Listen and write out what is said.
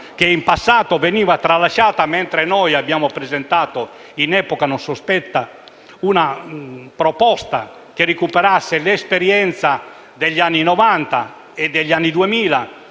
che in passato veniva tralasciata mentre noi abbiamo presentato in epoca non sospetta una proposta che recuperasse l'esperienza degli anni Novanta e Duemila